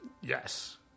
Yes